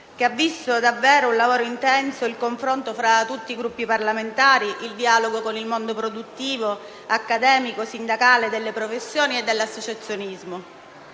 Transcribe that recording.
che ha visto davvero un lavoro intenso, il confronto fra tutti i Gruppi parlamentari e il dialogo con il mondo produttivo, accademico, sindacale, delle professioni e dell'associazionismo.